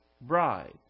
bride